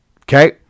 Okay